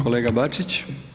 kolega Bačić.